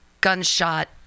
gunshot